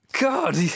God